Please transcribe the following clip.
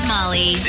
Molly